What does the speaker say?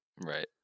Right